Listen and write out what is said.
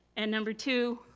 and number two,